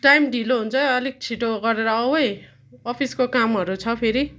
time ढिलो हुन्छ है अलिक छिटो गरेर आऊ है अफिसको कामहरू छ फेरि